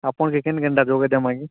ଆପଣ ଚିକେନ୍ କେନ୍ତା ଯୋଗାଇ ଦେବାମାକି